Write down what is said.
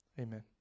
Amen